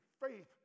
faith